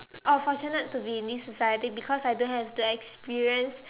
oh fortunate to be in this society because I don't have to experience